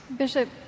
Bishop